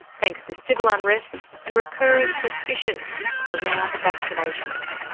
thanks to civil unrest and recurring suspicions around vaccinations.